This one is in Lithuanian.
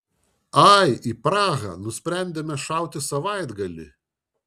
ai į prahą nusprendėme šauti savaitgaliui